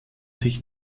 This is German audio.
sich